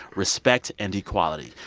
respect and equality.